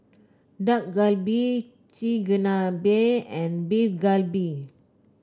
Dak Galbi Chigenabe and Beef Galbi